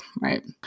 Right